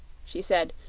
she said,